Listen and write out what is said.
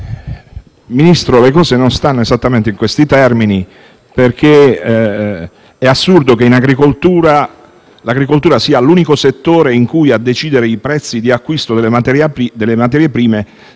Ministro, le cose non stanno esattamente in questi termini, perché è assurdo che l'agricoltura sia l'unico settore in cui a decidere i prezzi d'acquisto delle materie prime